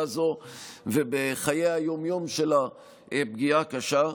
הזו ובחיי היום-יום שלה פגיעה קשה.